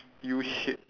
U shape